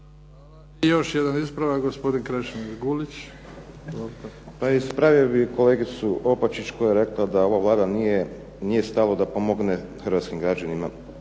Izvolite. **Gulić, Krešimir (HDZ)** Pa ispravio bih kolegicu Opačić koja je rekla da ovoj Vladi nije stalo da pomogne hrvatskim građanima.